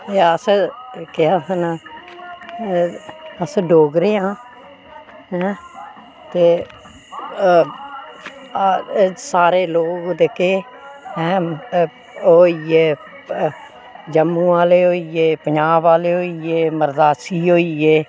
एह् अस केह् आक्खना एह् अस डोगरे आं ऐं ते सारे लोग जेह्के ऐं ओह् होइये जम्मू आह्ले होइये पंजाब आह्ले होइये मद्रासी होइये